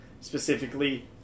Specifically